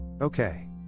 Okay